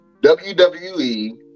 WWE